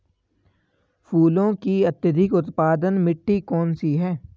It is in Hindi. फूलों की अत्यधिक उत्पादन मिट्टी कौन सी है?